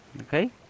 Okay